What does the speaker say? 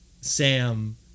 Sam